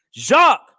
Jacques